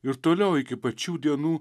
ir toliau iki pat šių dienų